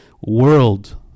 world